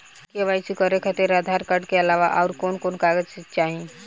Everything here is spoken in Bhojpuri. के.वाइ.सी करे खातिर आधार कार्ड के अलावा आउरकवन कवन कागज चाहीं?